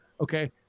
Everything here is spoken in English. Okay